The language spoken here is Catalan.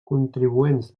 contribuents